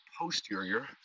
posterior